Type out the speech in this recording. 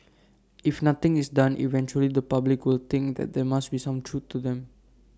if nothing is done eventually the public will think that there must be some truth to them